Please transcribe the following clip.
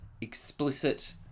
explicit